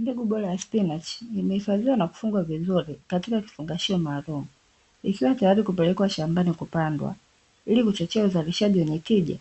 Mbegu bora ya spinachi imehifadhiwa na kufungwa vizuri katika kifungashio maalumu, ikiwa tayari kupelekwa shambani kupandwa, ili kuchochea uzalishaji wenye tija